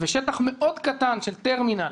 ושטח מאוד קטן של טרמינל